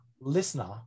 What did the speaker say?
listener